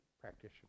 practitioner